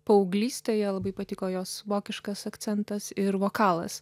paauglystėje labai patiko jos vokiškas akcentas ir vokalas